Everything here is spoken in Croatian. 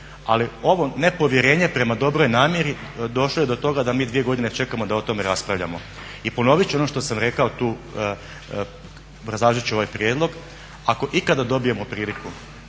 ali ovo nepovjerenje prema dobroj namjeri došlo je do toga da mi 2 godine čekamo da o tome raspravljamo. I ponovit ću ono što sam rekao tu obrazlažući ovaj prijedlog ako ikada dobijemo priliku